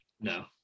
no